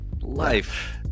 Life